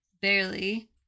barely